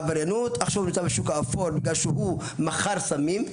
עכשיו הוא נמצא בשוק האפור, בגלל שהוא מכר סמים.